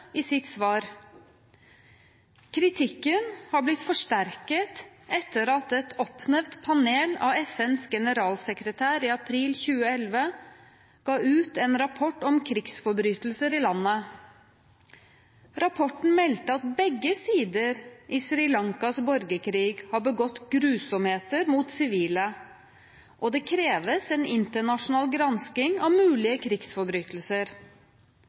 i sitt svar. Kritikken har blitt forsterket etter at et panel oppnevnt av FNs generalsekretær i april 2011 ga ut en rapport om krigsforbrytelser i landet. Rapporten meldte at begge sider i Sri Lankas borgerkrig har begått grusomheter mot sivile, og det kreves en internasjonal gransking av mulige krigsforbrytelser.